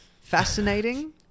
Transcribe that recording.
fascinating